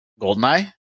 Goldeneye